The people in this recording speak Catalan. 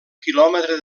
quilòmetre